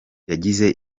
yagize